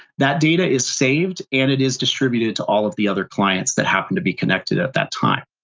that data is saved and it is distributed to all of the other clients that happened to be connected at that time.